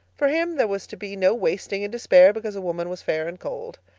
for him there was to be no wasting in despair because a woman was fair and cold.